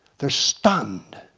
they're stunned.